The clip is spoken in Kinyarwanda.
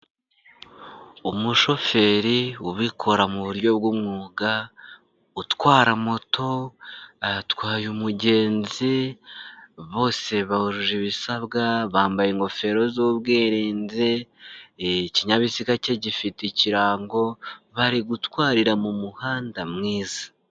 Umushoferi ubikora mu buryo bw'umwuga, utwara moto, atwaye umugenzi, bose bujuje ibisabwa, bambaye ingofero z'ubwirinzi, ikinyabiziga ke gifite ikirango, bari gutwarira mu muhanda mwiza.